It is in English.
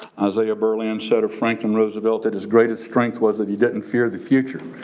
as a. oberlin said of franklin roosevelt that his greatest strength was that he didn't fear the future,